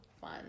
fun